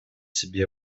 себе